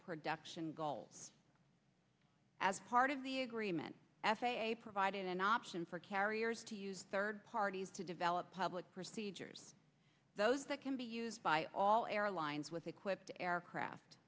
production goals as part of the agreement f a a provided an option for carriers to use third parties to develop public procedures those that can be used by all airlines with equipped aircraft